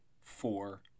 four